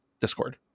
discord